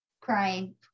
crying